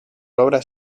obras